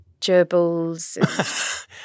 gerbils